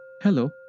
Hello